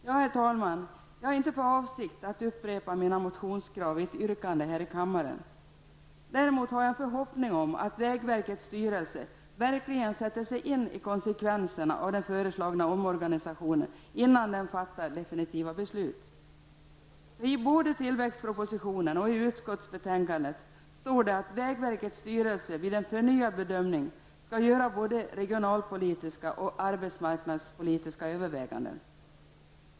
Herr talman! Jag har inte för avsikt att upprepa mina motionskrav i ett yrkande här i kammaren. Däremot har jag en förhoppning om att vägverkets styrelse verkligen sätter sig in i konsekvenserna av den föreslagna omorganisationen innan den fattar definitiva beslut. I både tillväxtpropositionen och utskottsbetänkandet står att vägverkets styrelse vid en förnyad bedömning skall göra både regionalpolitiska och arbetsmarknadspolitiska överväganden.